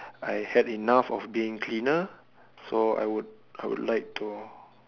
I had enough of being cleaner so I would I would like to